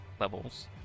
levels